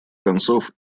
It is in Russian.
концов